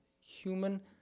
human